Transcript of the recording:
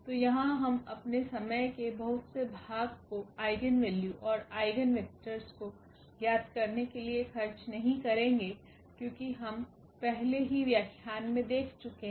तो यहाँ हम अपने समय के बहुत से भाग को आइगेन वैल्यू और आइगेन वेक्टरस को ज्ञात करने के लिए खर्च नहीं करेंगे क्योंकि हम पहले ही व्याख्यान में देख चुके हैं